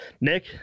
Nick